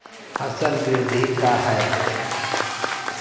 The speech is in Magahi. फसल वृद्धि का है?